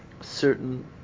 certain